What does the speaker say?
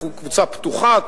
קבוצה פתוחה,